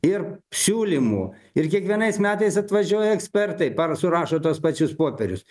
ir siūlymų ir kiekvienais metais atvažiuoja ekspertai par surašo tuos pačius popierius